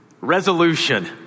resolution